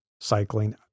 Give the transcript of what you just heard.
cycling